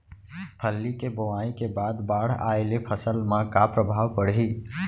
फल्ली के बोआई के बाद बाढ़ आये ले फसल मा का प्रभाव पड़ही?